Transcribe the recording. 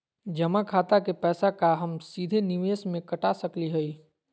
जमा खाता के पैसा का हम सीधे निवेस में कटा सकली हई?